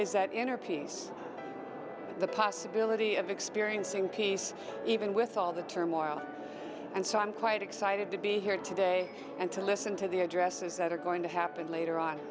is that inner peace the possibility of experiencing peace even with all the turmoil and so i'm quite excited to be here today and to listen to the addresses that are going to happen later on